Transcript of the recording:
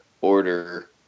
order